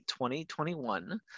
2021